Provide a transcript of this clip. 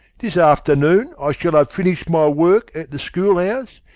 this afternoon i shall have finished my work at the school house,